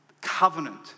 covenant